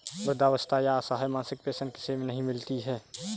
वृद्धावस्था या असहाय मासिक पेंशन किसे नहीं मिलती है?